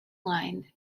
line